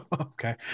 Okay